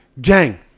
Gang